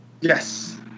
Yes